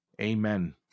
Amen